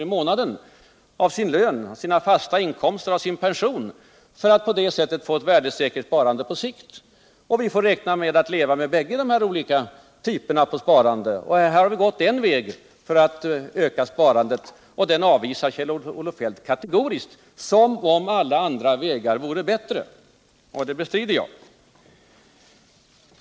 i månaden av sin lön, sina fasta inkomster eller sin pension för att på det sättet få ett värdesäkert sparande på sikt. Vi får räkna med att leva med bägge dessa och andra typer av sparande. Här har vi gått en väg för att öka sparandet. Den avvisar Kjell-Olof Feldt kategoriskt som om alla andra vägar vore bättre — och det bestrider jag.